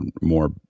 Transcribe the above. more